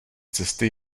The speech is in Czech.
cesty